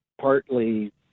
partly